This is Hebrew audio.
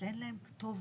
שאין להם כתובת.